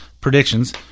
predictions